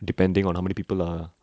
depending on how many people are